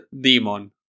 Demon